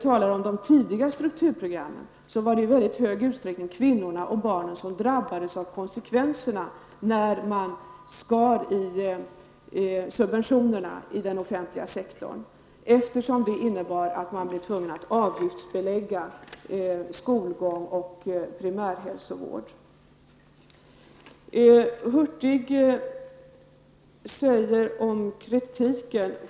I de tidigare strukturprogrammen var det i väldigt stor utsträckning kvinnorna och barnen som drabbades av konsekvenserna, när man skar i subventionerna inom den offentliga sektorn, eftersom det innebar att man var tvungen att avgiftsbelägga skolgång och primärhälsovård.